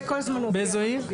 באיזה עיר?